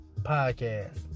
podcast